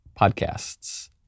podcasts